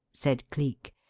said cleek.